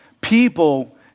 people